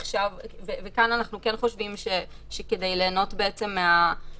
כאן אנחנו כן חושבים שכדי ליהנות מהתועלות